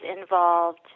involved